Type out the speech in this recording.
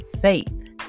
faith